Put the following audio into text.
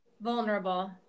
vulnerable